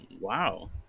wow